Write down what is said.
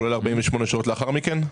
כולל 48 שעות לאחר מכן?